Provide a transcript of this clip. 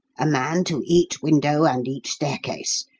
a man to each window and each staircase,